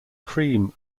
cream